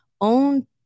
own